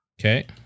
Okay